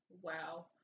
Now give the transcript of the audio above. Wow